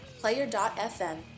Player.fm